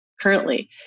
currently